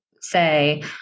say